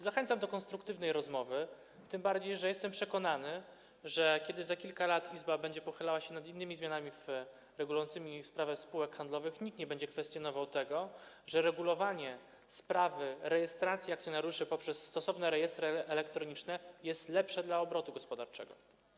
Zachęcam do konstruktywnej rozmowy, tym bardziej że za kilka lat, jestem przekonany, kiedy Izba będzie pochylała się nad innymi zmianami regulującymi sprawę spółek handlowych, nikt nie będzie kwestionował tego, że regulowanie sprawy rejestracji akcjonariuszy poprzez stosowne rejestry elektroniczne jest lepsze dla obrotu gospodarczego.